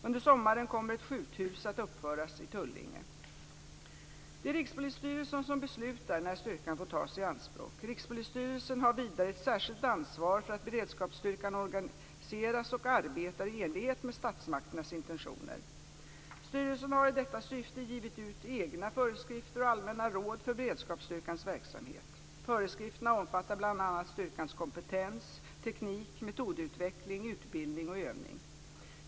Under sommaren kommer ett skjuthus att uppföras i Tullinge. Det är Rikspolisstyrelsen som beslutar när styrkan får tas i anspråk. Rikspolisstyrelsen har vidare ett särskilt ansvar för att beredskapsstyrkan organiseras och arbetar i enlighet med statsmakternas intentioner. Styrelsen har i detta syfte givit ut egna föreskrifter och allmänna råd för beredskapsstyrkans verksamhet. Föreskrifterna omfattar bl.a. styrkans kompetens, teknik och metodutveckling, utbildning och övning.